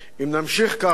אם נמשיך ככה